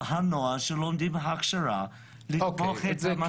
על הנוער שלומד בהכשרה -- כן,